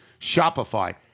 Shopify